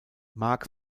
mark